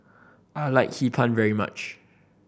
I like Hee Pan very much